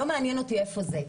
לא מעניין אותי איפה זה.